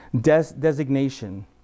designation